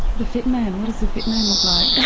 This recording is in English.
the fit man, what does the fit man look like?